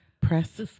Press